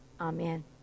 Amen